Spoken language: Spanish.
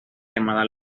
llamada